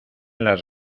las